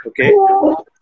Okay